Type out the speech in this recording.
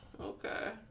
okay